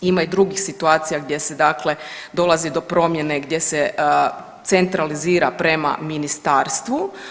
Ima i drugih situacija gdje se dakle dolazi do promjene, gdje se centralizira prema ministarstvu.